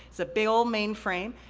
it's a big ol' mainframe,